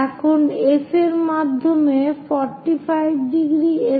এখন F এর মাধ্যমে 45°s এ লাইনটি আঁকুন